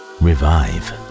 revive